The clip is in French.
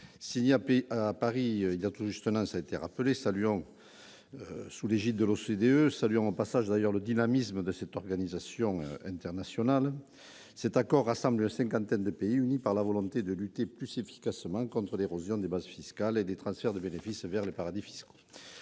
Signé à Paris il y a tout juste un an, sous l'égide de l'OCDE- saluons au passage le dynamisme de cette organisation internationale -, cet accord rassemble une cinquantaine de pays unis par la volonté de lutter plus efficacement contre l'érosion des bases fiscales et les transferts de bénéfices vers les paradis fiscaux.